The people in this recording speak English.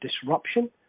disruption